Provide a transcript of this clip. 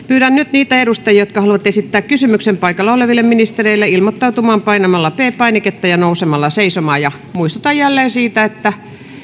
pyydän nyt niitä edustajia jotka haluavat esittää kysymyksen paikalla oleville ministereille ilmoittautumaan painamalla p painiketta ja nousemalla seisomaan muistutan jälleen siitä että